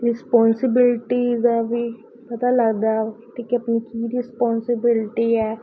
responsibility ਦਾ ਵੀ ਪਤਾ ਲੱਗਦਾ ਕਿ ਕਿ ਆਪਣੀ ਕੀ ਰਿਸਪਾਂਸੀਬਿਲਟੀ ਹੈ